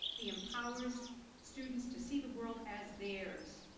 empowers students. to see the world as theirs.